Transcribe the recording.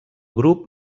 grup